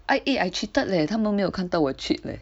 I eh I cheated leh 他们没有看到我 cheat eh